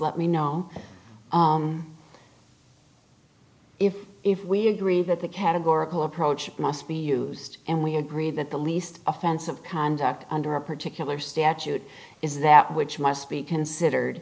let me know if if we agree that the categorical approach must be used and we agree that the least offensive conduct under a particular statute is that which must be considered